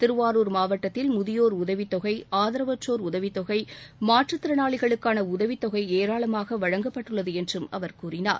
திருவாரூர் மாவட்டத்தில் முதியோர் உதவித் தொகை ஆதரவற்றோர் உதவித் தொகை மாற்றுத்திறனாளிகளுக்கான உதவித் தொகை ஏராளமாக வழங்கப்பட்டுள்ளது என்றும் அவர் கூறினார்